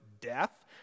death